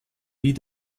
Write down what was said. die